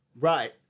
Right